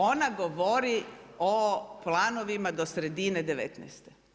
Ona govori o planovima do sredine 2019.